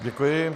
Děkuji.